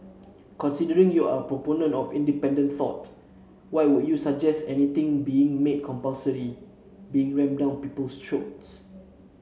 considering you're a proponent of independent thought why would you suggest anything being made compulsory being rammed down people's throats